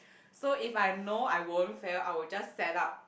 so if I know I won't fail I would just set up